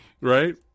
Right